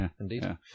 indeed